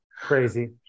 Crazy